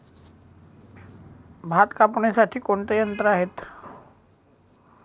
भात कापणीसाठी कोणते यंत्र आहे?